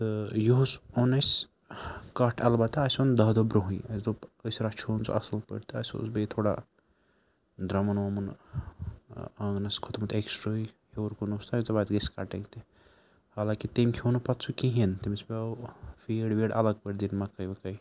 تہٕ یِہُس اوٚن اَسہِ کٹھ اَلبتہ اَسہِ اون دَاہ دۄہ برونٛہٕے اَسہِ دوٚپ أسۍ رَچھ ہن سُہ اَصٕل پٲٹھۍ تہٕ اَسہِ اوس بیٚیہِ تھوڑا درٛمُن ووٚمُن آنٛگنَس کھوٚتمُت ایکسٹرٛے ہیوٚر کُن تہٕ اَسہِ دوٚپ اَتھ گژھِ کَٹِنٛگ تہِ حالانکہِ تٔمۍ کھیوٚو نہٕ پَتہٕ سُہ کِہیٖنۍ تٔمِس پیٚو فیٖڈ ویٖڈ الگ پٲٹھۍ دِنۍ مَکٲے وَکٲے